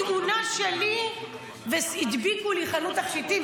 גזרו תמונה שלי והדביקו לי חנות תכשיטים,